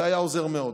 זה היה עוזר מאוד.